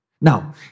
Now